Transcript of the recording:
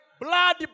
blood